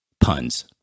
Puns